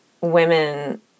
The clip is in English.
women